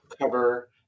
cover